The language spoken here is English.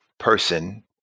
Person